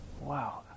Wow